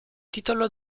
titolo